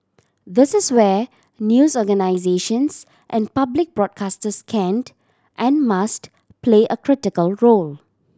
this is where news organisations and public broadcasters can't and must play a critical role